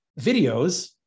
videos